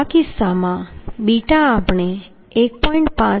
તો આ કિસ્સામાં બીટા આપણે 1